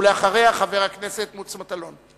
ואחריה, חבר הכנסת מוץ מטלון.